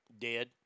dead